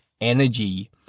energy